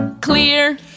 clear